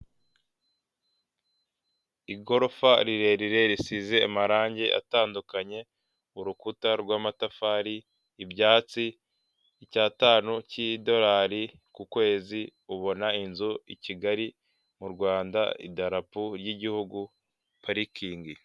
Igorofa rirerire risize amarange atandukanye, urukuta rw'amatafari, ibyatsi, icyatanu cy'idorari ku kwezi ubona inzu i Kigali mu Rwanda, idarapo ry'igihugu, parikingi.